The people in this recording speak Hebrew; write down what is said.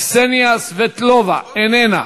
קסניה סבטלובה, איננה.